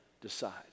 decide